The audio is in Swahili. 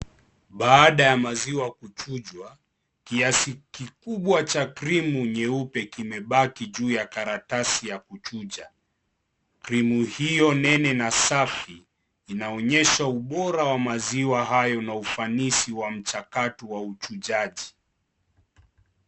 Baada ya maziwa kuchujwa kiasi kikubwa cha krimu nyeupe kimebaki juu ya karatasi ya kuchuja. Krimu hio nene na safi inaonyesha ubora wa maziwa hayo na ufanisi wa mchakatu wa uchujaji .